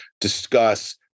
discuss